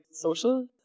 social